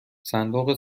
صندوق